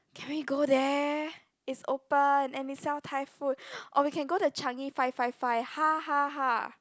can we go there it's open and they sell Thai food or we can go the Changi five five five ha ha ha